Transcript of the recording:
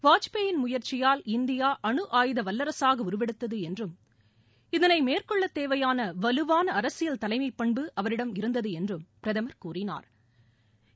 வாஜ்பாயின் முயற்சியால் இந்தியா அணு ஆயுத வல்லரசாக உருவெடுத்தது என்றும் இதனை மேற்கொள்ள தேவையான வலுவான அரசியல் தலைமைப் பண்பு அவரிடம் இருந்தது என்றும் பிரதமா் கூறினா்